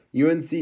UNC